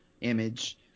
image